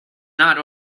not